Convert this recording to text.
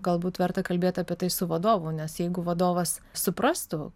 galbūt verta kalbėt apie tai su vadovu nes jeigu vadovas suprastų